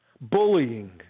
bullying